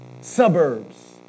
suburbs